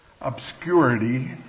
obscurity